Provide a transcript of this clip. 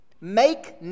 Make